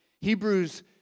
Hebrews